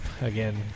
Again